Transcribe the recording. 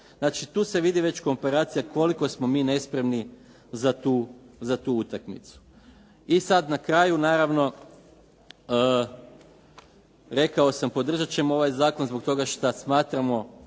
Znači tu se vidi već komparacija koliko smo mi nespremni za tu utakmicu. I sad na kraju, naravno, rekao sam podržati ćemo ovaj zakon zbog toga što smatramo